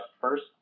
first